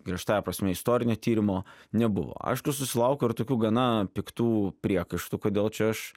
griežtąja prasme istorinio tyrimo nebuvo aišku susilaukiau ir tokių gana piktų priekaištų kodėl čia aš